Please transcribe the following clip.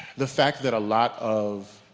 the fact that a lot of